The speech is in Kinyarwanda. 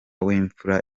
w’imfura